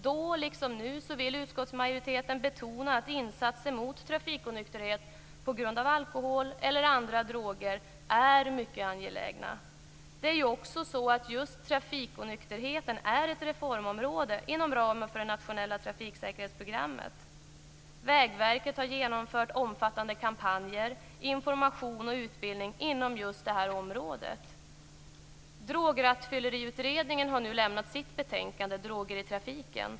Då liksom nu vill utskottsmajoriteten betona att insatser mot trafikonykterhet på grund av alkohol eller andra droger är mycket angelägna. Det är ju också så att just trafikonykterheten är ett reformområde inom ramen för det nationella trafiksäkerhetsprogrammet. Vägverket har genomfört omfattande kampanjer, information och utbildning inom detta område. Drograttfylleriutredningen har nu lämnat sitt betänkande Droger i trafiken.